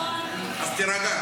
אז תירגע.